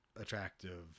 attractive